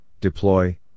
deploy